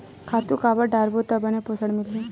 खातु काबर डारबो त बने पोषण मिलही?